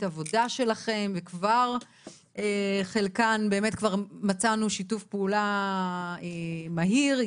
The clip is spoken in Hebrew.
העבודה שלכם וכבר חלקן באמת מצאנו שיתוף פעולה מהיר,